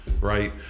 right